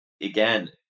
again